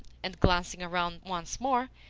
and glancing round once more,